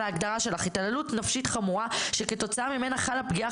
ההגדרה שלך התעללות נפשית חמורה שכתוצאה ממנה חלה פגיעה